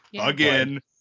again